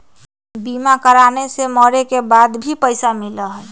बीमा कराने से मरे के बाद भी पईसा मिलहई?